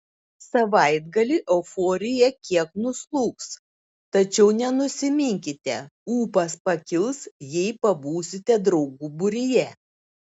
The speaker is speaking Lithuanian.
savaitgalį euforija kiek nuslūgs tačiau nenusiminkite ūpas pakils jei pabūsite draugų būryje